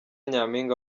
nyaminga